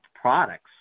products